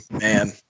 man